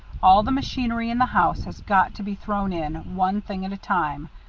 all the machinery in the house has got to be thrown in, one thing at a time,